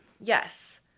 Yes